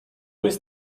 ist